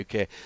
uk